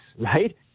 right